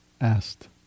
asked